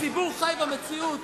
הציבור חי במציאות.